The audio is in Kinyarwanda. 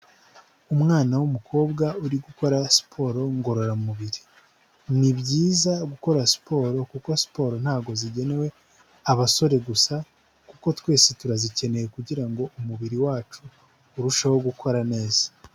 Umwana w'umukobwa uri gukora siporo ngororamubiri. Ni byiza gukora siporo kuko siporo ntabwo zigenewe abasore gusa, kuko twese turazikeneye kugira ngo umubiri wacu urusheho gukora neza.